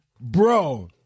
bro